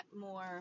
more